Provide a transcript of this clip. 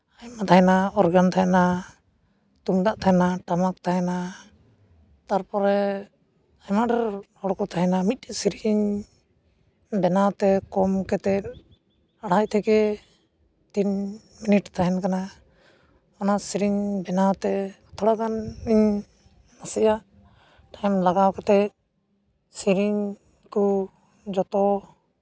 ᱟᱭᱢᱟ ᱛᱟᱦᱮᱱᱟ ᱚᱨᱜᱟᱱ ᱛᱟᱦᱮᱱᱟ ᱛᱩᱢᱫᱟᱜ ᱛᱟᱦᱮᱱᱟ ᱴᱟᱢᱟᱠ ᱛᱟᱦᱮᱱᱟ ᱛᱟᱨᱯᱚᱨᱮ ᱟᱭᱢᱟ ᱰᱷᱮᱨ ᱦᱚᱲ ᱠᱚ ᱛᱟᱦᱮᱱᱟ ᱢᱤᱫᱴᱮᱱ ᱥᱮᱨᱮᱧ ᱵᱮᱱᱟᱣ ᱛᱮ ᱠᱚᱢ ᱠᱟᱛᱮᱫ ᱟᱲᱟᱭ ᱛᱷᱮᱠᱮ ᱛᱤᱱ ᱢᱤᱱᱤᱴ ᱛᱟᱦᱮᱱ ᱠᱟᱱᱟ ᱚᱱᱟ ᱥᱮᱨᱮᱧ ᱵᱮᱱᱟᱣ ᱛᱮ ᱛᱷᱚᱲᱟᱜᱟᱱ ᱤᱧ ᱱᱟᱥᱮᱭᱟᱜ ᱴᱟᱭᱤᱢ ᱞᱟᱜᱟᱣ ᱠᱟᱛᱮᱫ ᱥᱮᱨᱮᱧ ᱠᱚ ᱡᱚᱛᱚ